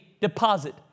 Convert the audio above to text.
deposit